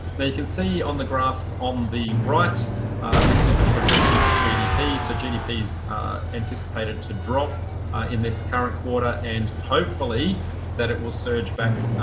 you can see on the graph on the right this is the projection of gdp. so gdp is anticipated to drop in this current quarter and hopefully that it will surge back.